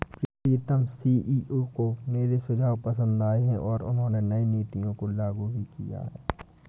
प्रीतम CEO को मेरे सुझाव पसंद आए हैं और उन्होंने नई नीतियों को लागू भी किया हैं